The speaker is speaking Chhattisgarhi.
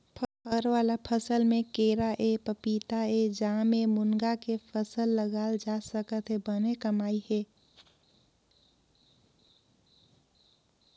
फर वाला फसल में केराएपपीताएजामएमूनगा के फसल लगाल जा सकत हे बने कमई हे